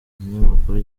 kinyamakuru